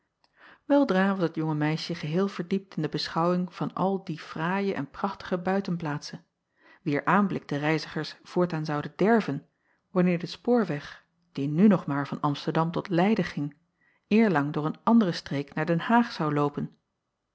eldra was het jonge meisje geheel verdiept in de beschouwing van al die fraaie en prachtige buitenplaatsen wier aanblik de reizigers voortaan zouden derven wanneer de spoorweg die nu nog maar van msterdam tot eyden ging eerlang door een andere streek naar den aag zou loopen